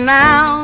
now